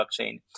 blockchain